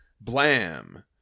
Blam